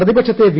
പ്രതിപക്ഷത്തെ വി